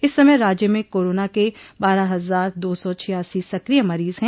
इस समय राज्य में कोरोना के बारह हजार दो सौ छियासी सक्रिय मरीज हैं